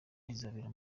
rizabera